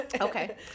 okay